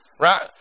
Right